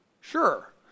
Sure